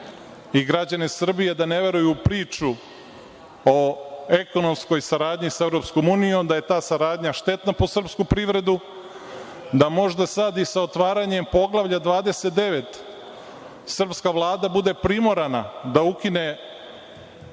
i građane Srbije da ne veruju u priču o ekonomskoj saradnji sa Evropskom unijom, da je ta saradnja štetna po srpsku privredu, da možda sada i sa otvaranjem Poglavlja 29 srpska Vlada bude primorana da ukine